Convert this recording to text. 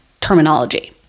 terminology